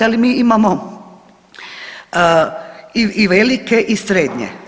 Ali mi imamo i velike i srednje.